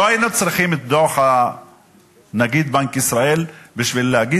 לא היינו צריכים את דוח נגיד בנק ישראל בשביל להגיד